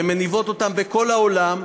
שהן מניבות בכל העולם,